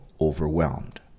overwhelmed